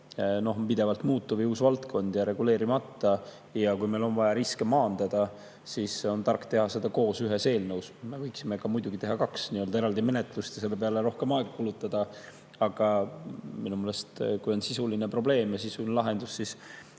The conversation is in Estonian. pidevalt muutuv, [see on] uus valdkond ja reguleerimata – ja kui meil on vaja riske maandada, siis on tark seda teha koos ühes eelnõus. Me võiksime muidugi teha ka kaks eraldi menetlust ja selle peale rohkem aega kulutada, aga minu meelest, kui on sisuline probleem ja sisuline lahendus, siis